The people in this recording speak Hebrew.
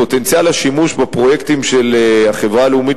פוטנציאל השימוש בפרויקטים של החברה הלאומית